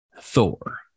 Thor